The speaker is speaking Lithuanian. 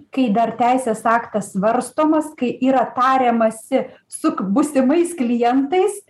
kai dar teisės aktas svarstomas kai yra tariamasi su būsimais klientais